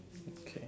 okay